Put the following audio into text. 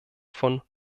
von